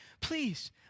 please